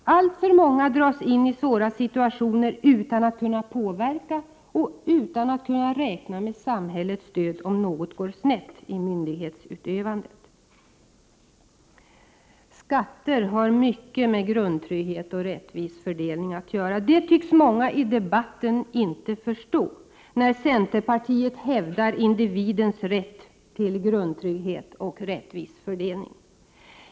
Alltför många dras in i svåra situationer utan att kunna påverka och utan att kunna räkna med samhällets stöd, om något går snett i myndighetsutövandet. Skatter har mycket med grundtrygghet och rättvis fördelning att göra. Det tycks många i debatten inte förstå, när centerpartiet hävdar individens rätt till grundtrygghet och rättvis fördelning.